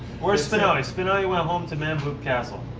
where's spinelli? spinelli went home to man-boob castle.